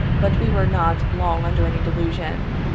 but we were not long under any delusion.